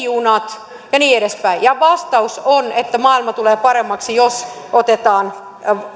junat ja niin edespäin ja vastaus on että maailma tulee paremmaksi jos otetaan